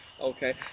okay